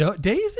daisy